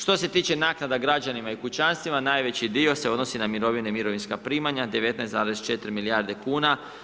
Što se tiče naknada građanima i kućanstvima, najveći dio se odnosi na mirovine i mirovinska primanja 19,4 milijarde kuna.